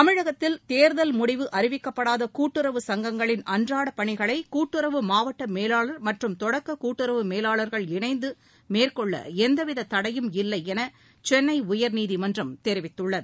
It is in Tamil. தமிழகத்தில் தேர்தல் முடிவு அறிவிக்கப்படாத கூட்டுறவு சங்கங்களின் அன்றாட பணிகளை கூட்டுறவு மாவட்ட மேலாளர் மற்றும் தொடக்க கூட்டுறவு மேலாளர்கள் இணைந்து மேற்கொள்ள எவ்வித தடையும் இல்லை என சென்னை உயர்நீதிமன்றம் தெரிவித்துள்ளது